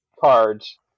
cards